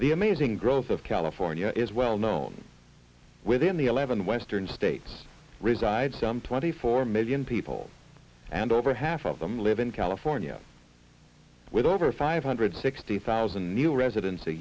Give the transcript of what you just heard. the amazing growth of california is well known within the eleven western states reside some twenty four million people and over half of them live in california with over five hundred sixty thousand new residents